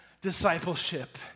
discipleship